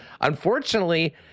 unfortunately